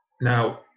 now